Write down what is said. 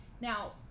Now